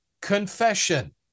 confession